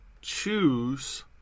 choose